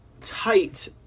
tight